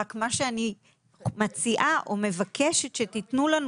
רק מה שאני מציעה או מבקשת שתיתנו לנו